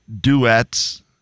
duets